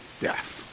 death